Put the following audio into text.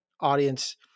audience